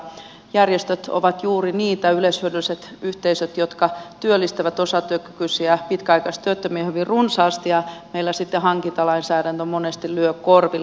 järjestöt ja yleishyödylliset yhteisöt ovat juuri niitä jotka työllistävät osatyökykyisiä pitkäaikaistyöttömiä hyvin runsaasti ja meillä sitten hankintalainsäädäntö monesti lyö korville